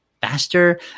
faster